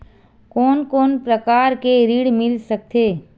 कोन कोन प्रकार के ऋण मिल सकथे?